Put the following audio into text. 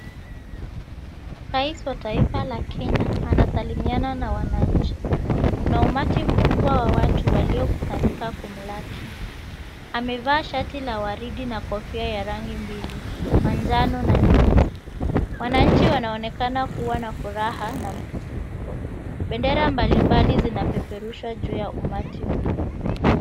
Rais wa taifa la Kenya anasalimiana na wanainchi. Kuna umati mkubwa wa watu waliokisanyika kumlaki. Amevaa shati la waridi na kofia la rangi mbili manjano na nyeusi. Wananchi wanaonekana kuwa na furaha na msisimko. Bendera mbalimbali zinapeperushwa juu ya umati huo.